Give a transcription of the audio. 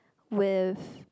with